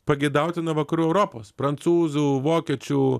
pageidautina vakarų europos prancūzų vokiečių